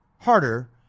harder